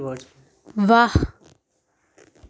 वाह्